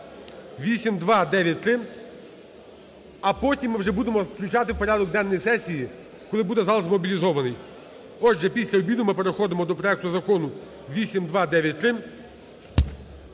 8293. А потім ми вже будемо включати в порядок денний сесії, коли буде зал змобілізований. Отже, після обіду ми переходимо до проекту Закону 8293.